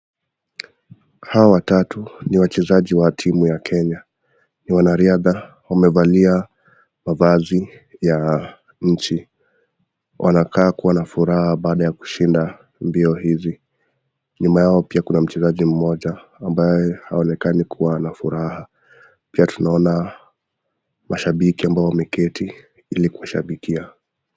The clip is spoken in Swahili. Hawa watatu ni wachezaji wa timu ya Kenya. Ni wanariadha wamevalia mavazi ya nchi. Wanakaa kuwa na furaha baada ya kushinda mbio hizi. Nyuma yao pia kuna mchezaji mmoja ambaye haonekani kuwa ana furaha. Pia tunaona mashabiki ambao wameketi ili kushabikia.